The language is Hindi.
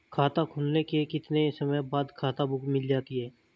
खाता खुलने के कितने समय बाद खाता बुक मिल जाती है?